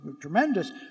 tremendous